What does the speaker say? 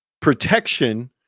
protection